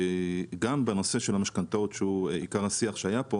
וגם בנושא של המשכנתאות, שהוא עיקר השיח שהיה פה